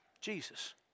Jesus